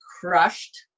crushed